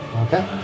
Okay